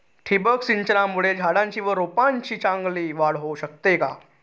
ठिबक सिंचनामुळे झाडाची व रोपांची चांगली वाढ होऊ शकते का?